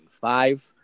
five